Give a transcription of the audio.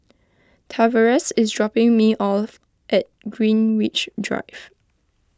Tavares is dropping me off at Greenwich Drive